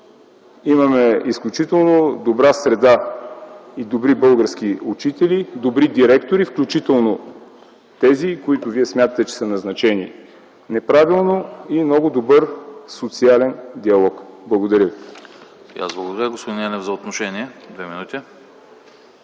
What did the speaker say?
Имаме изключително добра среда и добри български учители, добри директори, включително тези, които Вие смятате, че са назначени неправилно, и много добър социален диалог. Благодаря ви.